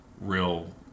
real